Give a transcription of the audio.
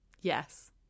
Yes